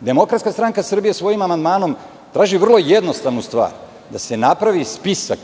Demokratska stranka Srbije, svojim amandmanom traži vrlo jednostavnu stvar – da se napravi spisak